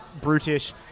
brutish